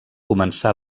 començà